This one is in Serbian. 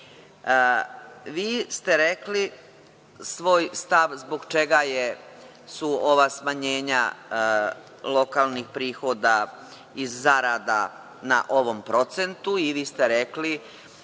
ste rekli svoj stav zbog čega su ova smanjenja lokalnih prihoda i zarada na ovom procentu i vi ste rekli